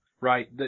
Right